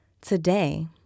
Today